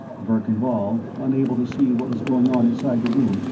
verkan vall, unable to see what was going on inside the room,